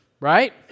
right